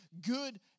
good